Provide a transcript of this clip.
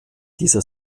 dieser